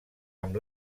amb